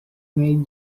nate